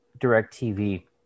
Directv